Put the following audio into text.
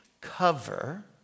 cover